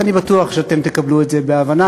ואני בטוח שתקבלו את זה בהבנה,